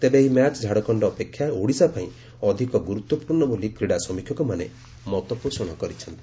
ତେବେ ଏହି ମ୍ୟାଚ୍ ଝାଡ଼ଖଣ୍ଡ ଅପେକ୍ଷା ଓଡ଼ିଶା ପାଇଁ ଅଧିକ ଗୁରୁତ୍ପୂର୍ଶ୍ର ବୋଲି କ୍ରୀଡ଼ା ସମୀକ୍ଷକମାନେ ମତ ପୋଷଣ କରିଛନ୍ତି